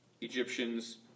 Egyptians